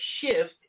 shift